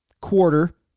quarter